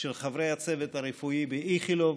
של חברי הצוות הרפואי באיכילוב,